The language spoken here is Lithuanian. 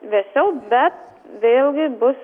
vėsiau bet vėl gi bus